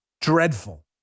Dreadful